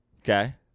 Okay